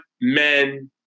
men